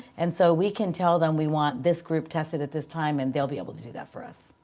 and so we can tell them we want this group tested at this time and they'll be able to do that for us.